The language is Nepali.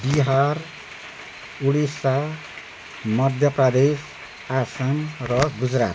बिहार उडिसा मध्य प्रदेश आसाम र गुजरात